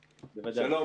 שלום,